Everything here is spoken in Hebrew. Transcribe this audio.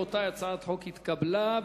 הצעת החוק התקבלה,